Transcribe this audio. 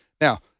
now